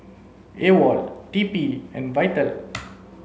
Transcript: AWOL T P and VITAL